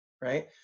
right